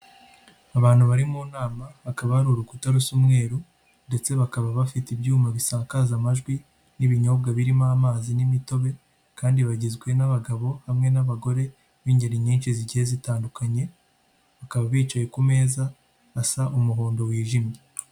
Abantu bari mu nama hakaba hari urukuta rusa umweruru ndetse bakaba bafite ibyuma bisakaza amajwi n'ibinyobwa birimo amazi n'imitobe kandi bagizwe n'abagabo hamwe n'abagore b'ingeri nyinshi zigiye zitandukanye bakaba bicaye ku meza asa umuhondo wijimye.